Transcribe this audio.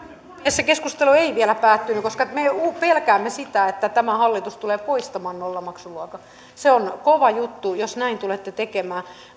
se keskustelu ei vielä päättynyt koska me pelkäämme sitä että tämä hallitus tulee poistamaan nollamaksuluokan se on kova juttu jos näin tulette tekemään